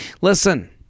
Listen